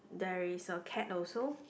there is a cat also